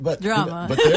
Drama